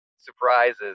surprises